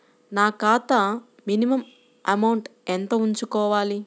నా ఖాతా minimum amount ఎంత ఉంచుకోవాలి?